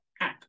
app